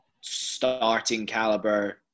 starting-caliber